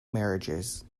marriages